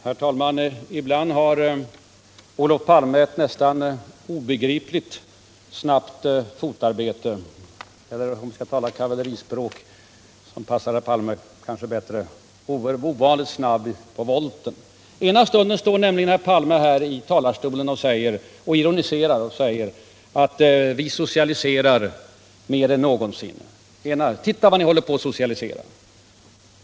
Herr talman! Ibland har Olof Palme ett nästan obegripligt snabbt fotarbete eller han är ibland, om vi skall tala kavallerispråk som kanske passar herr Palme bättre, ovanligt snabb på volten. Ena stunden står nämligen herr Palme här i talarstolen och ironiserar och säger: Regeringen socialiserar mer än någonsin, titta vad ni socialiserar!